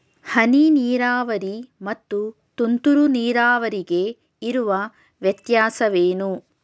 ಹನಿ ನೀರಾವರಿ ಮತ್ತು ತುಂತುರು ನೀರಾವರಿಗೆ ಇರುವ ವ್ಯತ್ಯಾಸವೇನು?